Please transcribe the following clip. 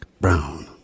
brown